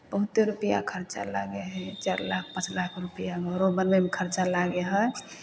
बहुते रुपैआ खर्चा लागै हइ चारि लाख पाँच लाख रुपैआ घरो बनबैमे खर्चा लागै हइ